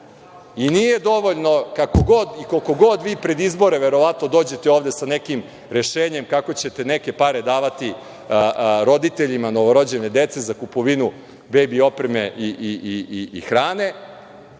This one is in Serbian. i nije dovoljno koliko god vi pred izbore verovatno dođete ovde sa nekim rešenjem kako ćete neke pare davati roditeljima novorođene dece za kupovinu bebi opreme i hrane,